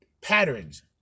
Patterns